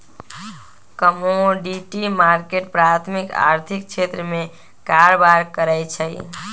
commodity market प्राथमिक आर्थिक क्षेत्र में कारबार करै छइ